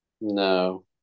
No